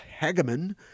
Hageman